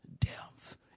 death